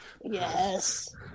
Yes